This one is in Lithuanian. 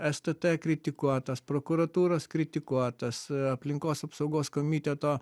stt kritikuotas prokuratūros kritikuotas aplinkos apsaugos komiteto